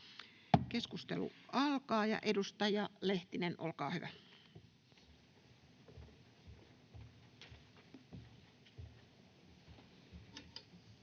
Keskustelu alkaa. Edustaja Lehtinen, olkaa hyvä.